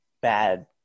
bad